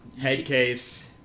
Headcase